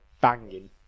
banging